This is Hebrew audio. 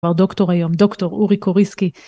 הוא כבר דוקטור היום, דוקטור אורי קוריסקי.